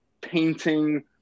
painting